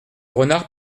renard